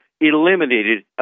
eliminated